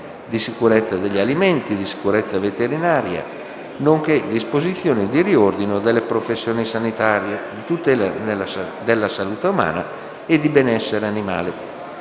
di sicurezza degli alimenti, di sicurezza veterinaria, nonché disposizioni di riordino delle professioni sanitarie, di tutela della salute umana e di benessere animale»,